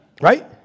Right